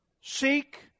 seek